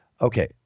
Okay